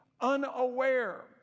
unaware